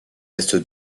reste